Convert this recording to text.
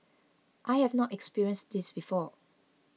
I have not experienced this before